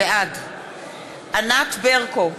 בעד ענת ברקו,